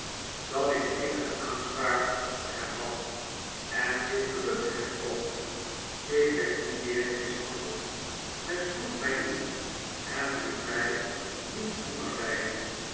dat ik eenige aanspraak op hem had en dit gelukte hem ook ik werd niet direct mishandeld men sloeg mij niet en liet mij niet